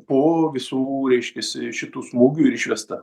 po visų reiškiasi šitų smūgių ir išvesta